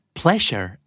pleasure